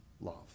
love